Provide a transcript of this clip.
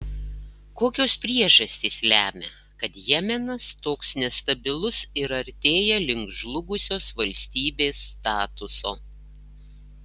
kokios priežastys lemia kad jemenas toks nestabilus ir artėja link žlugusios valstybės statuso